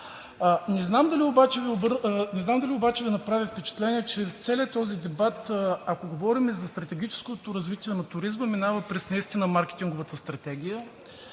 Не знам дали Ви направи впечатление, че целият този дебат, ако говорим за стратегическото развитие на туризма, минава през наистина маркетинговата стратегия,